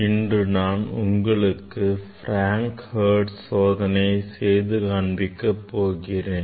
இன்று நான் உங்களுக்கு Frank - Hertz சோதனைகளை செய்து காண்பிக்க போகிறேன்